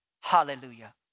Hallelujah